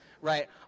right